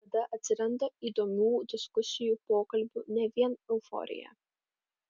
tada atsiranda įdomių diskusijų pokalbių ne vien euforija